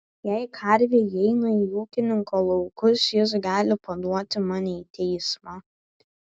jei karvė įeina į ūkininko laukus jis gali paduoti mane į teismą